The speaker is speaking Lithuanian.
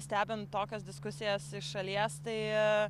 stebint tokias diskusijas iš šalies tai